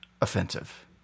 offensive